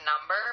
number